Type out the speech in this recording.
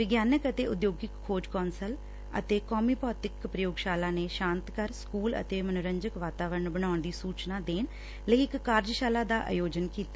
ਵਿਗਿਆਨਕ ਅਤੇ ਉਦਯੋਗਿਕ ਖੋਜ ਕੌ'ਸਲ ਸੀ ਐਸ ਆਈ ਆਰ ਅਤੇ ਕੌਮੀ ਭੌਤਿਕ ਪ੍ਰਯੋਗਸ਼ਾਲਾ ਐਨ ਪੀ ਐਲ ਨੇ ਸ਼ਾਂਤ ਘਰ ਸਕੁਲ ਅਤੇ ਮਨੋਰੰਜਨ ਵਾਤਾਵਰਨ ਬਣਾਉਣ ਦੀ ਸੁਚਨਾ ਦੇਣ ਲਈ ਇਕ ਕਾਰਜਸਾਲਾ ਦਾ ਆਯੋਜਨ ਕੀਤਾ